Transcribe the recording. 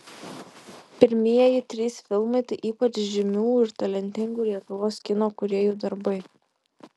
pirmieji trys filmai tai ypač žymių ir talentingų lietuvos kino kūrėjų darbai